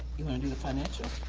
you wanna do the financial?